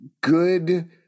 Good